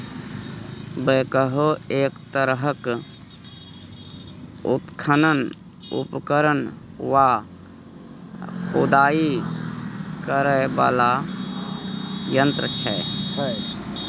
backhoe एक तरहक उत्खनन उपकरण वा खुदाई करय बला यंत्र छै